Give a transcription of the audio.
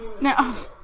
No